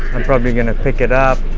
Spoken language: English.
i'm probably gonna pick it up.